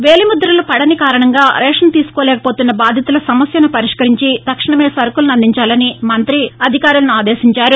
వేలిముదలుపడని కారణంగా రేషన్ తీసుకోలేకపోతున్న బాధితుల సమస్యను పరిష్కరించి తక్షణమే సరకులను అందించాలని మంతి అధికారులను ఆదేశించారు